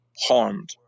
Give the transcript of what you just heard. harmed